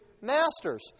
masters